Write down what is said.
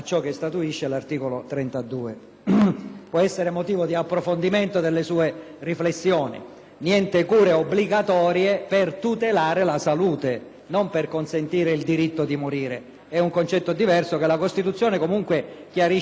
Può essere motivo di approfondimento delle sue riflessioni: niente cure obbligatorie per tutelare la salute, non per consentire il diritto di morire. È un concetto diverso, che la Costituzione comunque chiarisce bene nella prima parte dell'articolo 32.